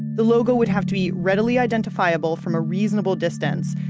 the logo would have to be readily identifable from a reasonable distance,